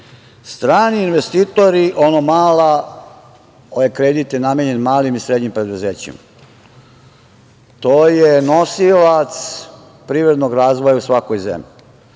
investitori, one kredite namenjene malim i srednjim preduzećima, to je nosilac privrednog razvoja u svakoj zemlji.